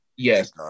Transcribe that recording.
Yes